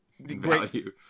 value